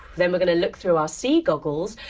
then we're going to look through our sea goggles,